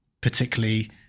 particularly